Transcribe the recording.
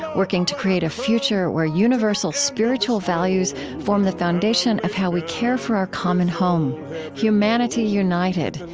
and working to create a future where universal spiritual values form the foundation of how we care for our common home humanity united,